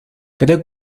creo